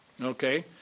Okay